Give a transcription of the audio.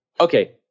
Okay